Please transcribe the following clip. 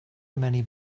many